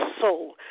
soul